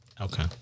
Okay